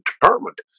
determined